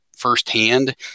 firsthand